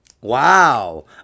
Wow